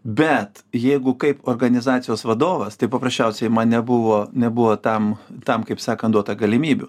bet jeigu kaip organizacijos vadovas tai paprasčiausiai man nebuvo nebuvo tam tam kaip sakant duota galimybių